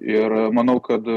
ir manau kad